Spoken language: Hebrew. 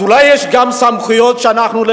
אז אולי יש גם סמכויות שאנחנו לא